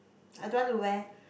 I don't want to wear